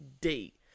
date